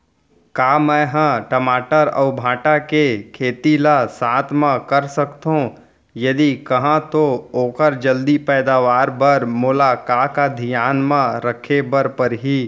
का मै ह टमाटर अऊ भांटा के खेती ला साथ मा कर सकथो, यदि कहाँ तो ओखर जलदी पैदावार बर मोला का का धियान मा रखे बर परही?